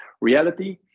reality